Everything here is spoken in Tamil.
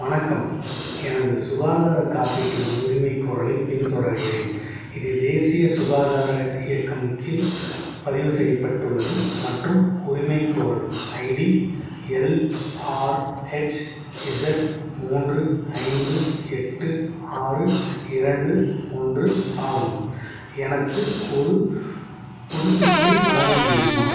வணக்கம் எனது சுகாதாரக் காப்பீட்டு உரிமைக்கோரலைப் பின்தொடர்கிறேன் இது தேசிய சுகாதார இயக்கம் கீழ் பதிவு செய்யப்பட்டுள்ளது மற்றும் உரிமைக்கோரல் ID L R H Z மூன்று ஐந்து எட்டு ஆறு இரண்டு ஒன்று ஆகும் எனக்கு ஒரு புதுப்பிப்பை வழங்க முடியுமா